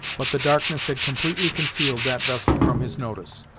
but the darkness had completely concealed that vessel from his notice.